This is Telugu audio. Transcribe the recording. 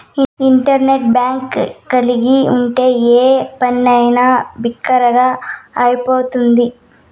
ఇంటర్నెట్ బ్యాంక్ కలిగి ఉంటే ఏ పనైనా బిరిగ్గా అయిపోతుంది